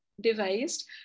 devised